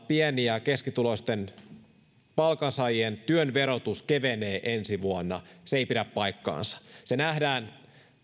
pieni ja keskituloisten palkansaajien työn verotus kevenee ensi vuonna se ei pidä paikkaansa se nähdään